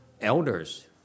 elders